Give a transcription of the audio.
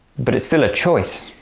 but, it's still a choice,